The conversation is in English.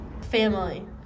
Family